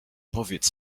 powiedz